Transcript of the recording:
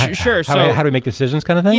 sure so how to make decisions kind of thing? yeah,